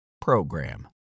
program